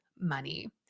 money